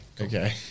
Okay